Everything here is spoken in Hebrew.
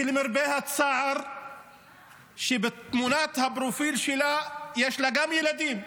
שלמרבה הצער בתמונת הפרופיל שלה יש לה גם ילדים,